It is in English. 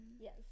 Yes